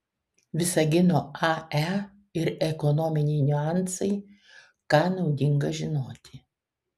visagino ae ir ekonominiai niuansai ką naudinga žinoti